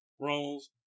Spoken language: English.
roles